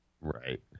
Right